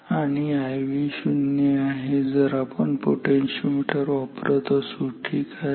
आणि Iv शून्य आहे जर आपण पोटेन्शिओमीटर वापरत असू ठीक आहे